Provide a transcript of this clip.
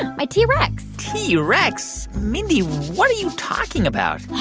and my t. rex t. rex? mindy, what are you talking about?